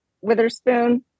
Witherspoon